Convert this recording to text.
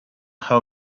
how